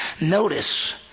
Notice